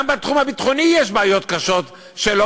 גם בתחום הביטחוני יש בעיות קשות שלא